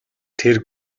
тэр